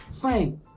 fine